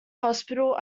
hospital